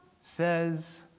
says